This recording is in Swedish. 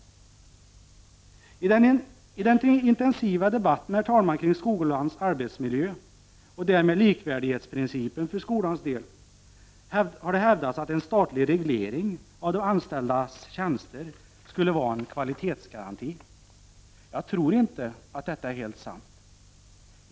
I den intensiva debatten kring skolans arbetsmiljö och därmed likvärdighetsprincipen för skolans del har det hävdats att en statlig reglering av de anställdas tjänster skulle vara en kvalitetsgaranti. Jag tror inte att detta är helt sant.